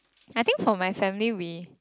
I think for my family we